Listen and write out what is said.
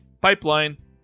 Pipeline